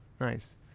Nice